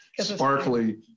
sparkly